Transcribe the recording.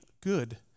good